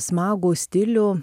smagų stilių